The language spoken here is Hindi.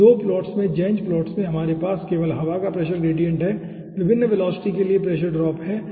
इन 2 प्लॉट्स में ज़ेन्ज़ प्लॉट्स में हमारे पास केवल हवा का प्रेशर ग्रेडिएंट है विभिन्न वेलोसिटी के लिए प्रेशर ड्रॉप है